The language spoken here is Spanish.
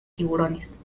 tiburones